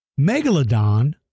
Megalodon